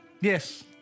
Yes